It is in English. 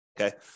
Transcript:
Okay